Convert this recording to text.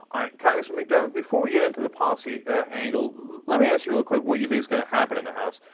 congressman mcdermott, before we get into the policy angle, let me ask you real quick what you think is going to happen in the house,